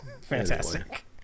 Fantastic